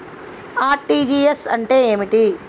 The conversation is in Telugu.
ఆర్.టి.జి.ఎస్ అంటే ఏమిటి?